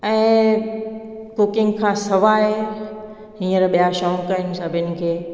ऐं कुकिंग खां सवाइ हींअर ॿिया शौक़ आहिनि सभिनि खे